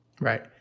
Right